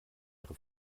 ihre